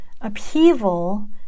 upheaval